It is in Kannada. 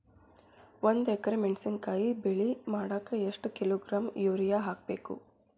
ಒಂದ್ ಎಕರೆ ಮೆಣಸಿನಕಾಯಿ ಬೆಳಿ ಮಾಡಾಕ ಎಷ್ಟ ಕಿಲೋಗ್ರಾಂ ಯೂರಿಯಾ ಹಾಕ್ಬೇಕು?